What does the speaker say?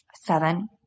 Seven